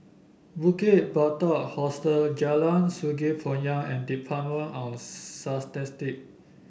Bukit Batok Hostel Jalan Sungei Poyan and Department of